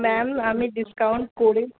ma'am আমি discount করে